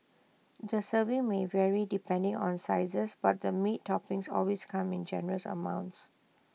the serving may vary depending on sizes but the meaty toppings always come in generous amounts